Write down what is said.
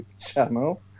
channel